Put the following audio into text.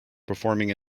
performing